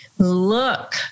Look